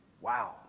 Wow